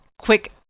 quick